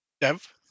Dev